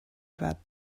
about